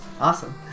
Awesome